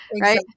right